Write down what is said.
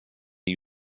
gli